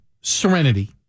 Serenity